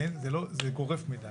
זה גורף מדי.